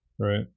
Right